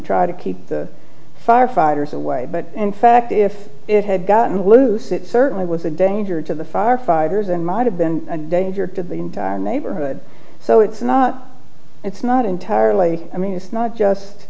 try to keep the firefighters away but in fact if it had gotten loose it certainly was a danger to the fire fighters and might have been a danger to the entire neighborhood so it's not it's not entirely i mean it's not just